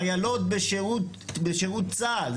חיילות בשירות צה"ל,